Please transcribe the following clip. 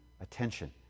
attention